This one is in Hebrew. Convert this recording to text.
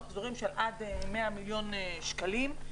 מחזורים של עד 100 מיליון שקלים.